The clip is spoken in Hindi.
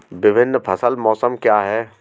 विभिन्न फसल मौसम क्या हैं?